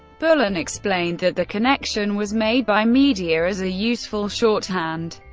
bullen explained that the connection was made by media as a useful shorthand,